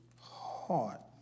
heart